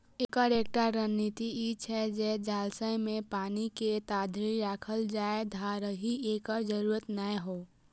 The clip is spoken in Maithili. एकर एकटा रणनीति ई छै जे जलाशय मे पानि के ताधरि राखल जाए, जाधरि एकर जरूरत नै हो